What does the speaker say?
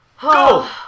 Go